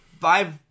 Five